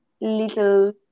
little